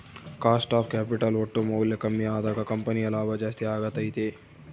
cost of capital ಒಟ್ಟು ಮೌಲ್ಯ ಕಮ್ಮಿ ಅದಾಗ ಕಂಪನಿಯ ಲಾಭ ಜಾಸ್ತಿ ಅಗತ್ಯೆತೆ